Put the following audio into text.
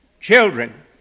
Children